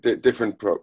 different